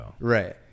right